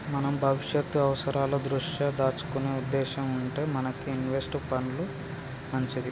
మనం భవిష్యత్తు అవసరాల దృష్ట్యా దాచుకునే ఉద్దేశం ఉంటే మనకి ఇన్వెస్ట్ పండ్లు మంచిది